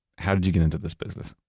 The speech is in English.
how did you get into this business?